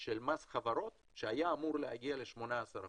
של מס חברות שהיה אמור להגיע ל-18%